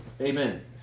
Amen